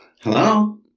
Hello